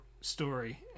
story